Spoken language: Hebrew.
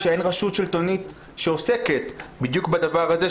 שאין רשות שלטונית שעוסקת בדיוק בדבר הזה,